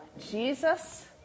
Jesus